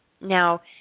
Now